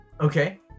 Okay